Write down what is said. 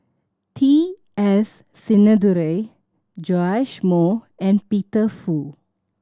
T S Sinnathuray Joash Moo and Peter Fu